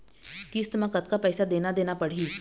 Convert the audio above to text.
किस्त म कतका पैसा देना देना पड़ही?